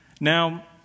Now